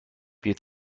wir